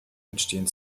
entstehen